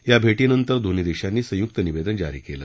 या भेटीनंतर दोन्ही देशांनी संयुक्त निवेदन जारी केलं